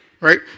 Right